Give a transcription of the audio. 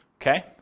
okay